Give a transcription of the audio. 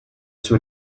sue